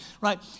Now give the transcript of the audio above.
Right